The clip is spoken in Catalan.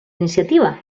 iniciativa